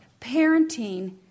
parenting